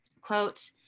quote